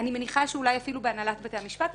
אני מניחה שאולי בהנהלת בתי המשפט,